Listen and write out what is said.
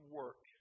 work